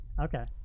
Okay